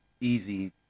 easy